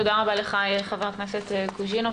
תודה רבה לך, חבר הכנסת קוז'ינוב.